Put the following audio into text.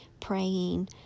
praying